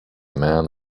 man